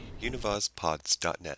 Univazpods.net